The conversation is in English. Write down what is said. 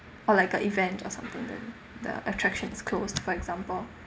or like a event or something that that uh attractions closed for example